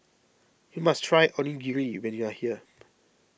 you must try Onigiri when you are here